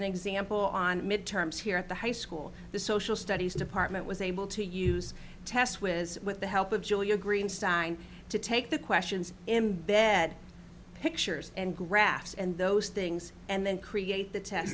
an example on midterms here at the high school the social studies department was able to use tests with with the help of julia greenstein to take the questions embed pictures and graphs and those things and then create the t